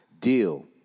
deal